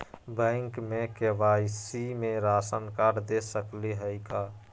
Bank में KYC में ration card दे सकली हई का?